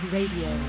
Radio